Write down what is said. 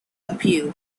appeal